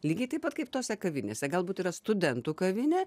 lygiai taip pat kaip tose kavinėse galbūt yra studentų kavinė